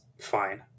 fine